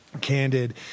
candid